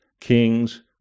kings